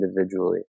individually